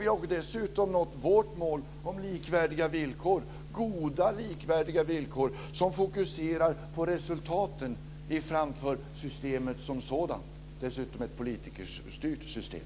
Vi har dessutom nått vårt mål om goda, likvärdiga villkor som fokuserar på resultaten framför systemet som sådant - dessutom ett politikerstyrt system.